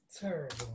Terrible